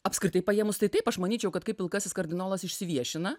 apskritai paėmus tai taip aš manyčiau kad kai pilkasis kardinolas išsiviešina